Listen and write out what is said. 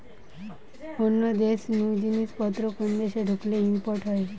অন্য দেশ নু জিনিস পত্র কোন দেশে ঢুকলে ইম্পোর্ট হয়